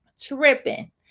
Tripping